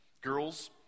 Girls